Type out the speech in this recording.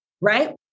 right